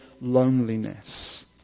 loneliness